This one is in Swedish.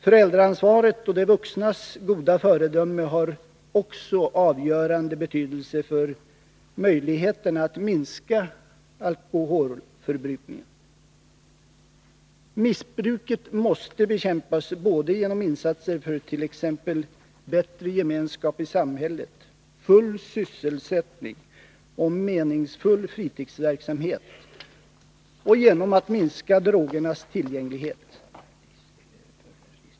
Föräldraansvaret och de vuxnas goda föredöme har också avgörande betydelse för möjligheterna att minska alkoholförbrukningen. Missbruket måste bekämpas både genom insatser för t.ex. bättre gemenskap i samhället, full sysselsättning och meningsfull fritidsverksamhet och genom insatser för att minska drogernas tillgänglighet.